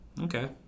Okay